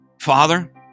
Father